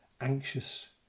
anxious